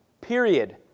Period